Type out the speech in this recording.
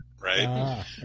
right